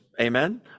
amen